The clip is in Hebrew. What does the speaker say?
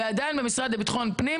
ועדיין במשרד לביטחון פנים,